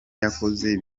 yakoze